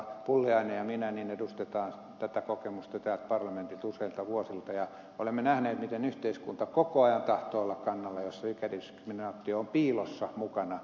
pulliainen ja minä edustamme tätä kokemusta täältä parlamentista useilta vuosilta ja olemme nähneet miten yhteiskunta koko ajan tahtoo olla kannalla jossa ikädiskriminaatio on piilossa mukana